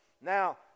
Now